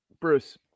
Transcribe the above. Bruce